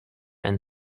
and